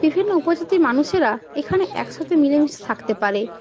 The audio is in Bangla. বিভিন্ন উপজাতির মানুষেরা এখানে একসাথে মিলেমিশে থাকতে পারে